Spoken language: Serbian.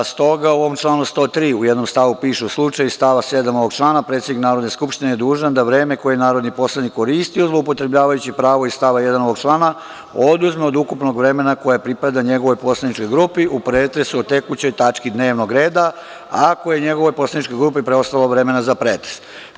Stoga, u ovom članu 103. u jednom stavu piše – slučaj iz stava 7. ovog člana, predsednik Narodne skupštine je dužan da vreme koje je narodni poslanik koristio zloupotrebljavajući pravo iz stava 1. ovog člana, oduzme od ukupnog vremena koje pripada njegovoj poslaničkoj grupi, u pretresu o tekućoj tački dnevnog reda, ako je njegovoj poslaničkoj grupi preostalo vremena za pretres.